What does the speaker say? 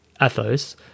Athos